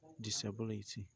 disability